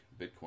Bitcoin